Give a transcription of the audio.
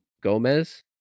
Gomez